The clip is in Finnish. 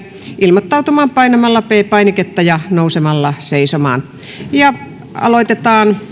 ilmoittautumaan painamalla p painiketta ja nousemalla seisomaan aloitetaan